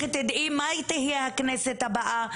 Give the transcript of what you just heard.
לכי תדעי מה תהיה הכנסת הבאה,